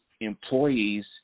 employees